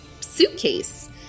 suitcase